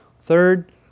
Third